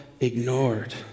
ignored